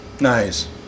Nice